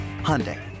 Hyundai